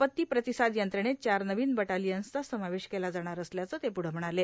आपत्ती प्रतिसाद यंत्रणेत चार नवीन बटालियन्सचा समावेश केला जाणार असल्याचं ते प्रढं म्हणाले